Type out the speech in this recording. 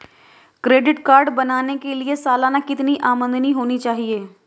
Credit card बनाने के लिए सालाना कितनी आमदनी होनी चाहिए?